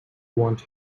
want